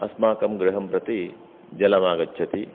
अस्माकं गृहं प्रति जलमागच्छति